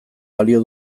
balio